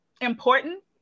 important